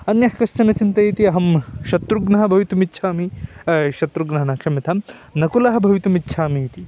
अन्यः कश्चन चिन्तयति अहं शत्रुघ्नः भवितुमिच्छामि शत्रुघ्नः न क्षम्यतां नकुलः भवितुमिच्छामि इति